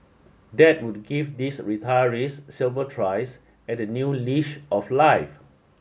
that would give these retirees several tries at a new leash of life